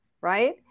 right